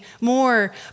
more